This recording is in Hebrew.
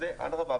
אדרבה,